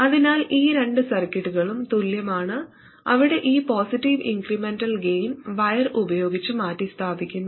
അതിനാൽ ഈ രണ്ട് സർക്യൂട്ടുകളും തുല്യമാണ് അവിടെ ഈ പോസിറ്റീവ് ഇൻക്രിമെന്റൽ ഗെയിൻ വയർ ഉപയോഗിച്ച് മാറ്റിസ്ഥാപിക്കുന്നു